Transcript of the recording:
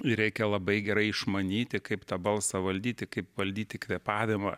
ir reikia labai gerai išmanyti kaip tą balsą valdyti kaip valdyti kvėpavimą